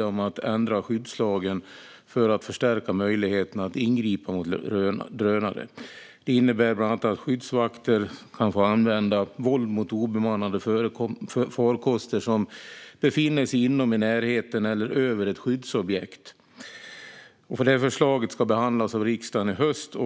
om att ändra skyddslagen för att förstärka möjligheten att ingripa mot drönare. Det innebär bland annat att skyddsvakter kan få använda våld mot obemannade farkoster som befinner sig inom, i närheten av eller över ett skyddsobjekt. Detta förslag ska behandlas av riksdagen i höst.